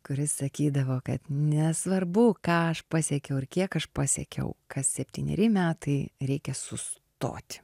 kuris sakydavo kad nesvarbu ką aš pasiekiau ir kiek aš pasiekiau kas septyneri metai reikia sustoti